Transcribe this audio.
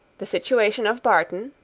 the situation of barton,